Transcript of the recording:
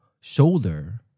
Shoulder